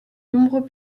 nombreux